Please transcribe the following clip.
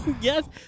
Yes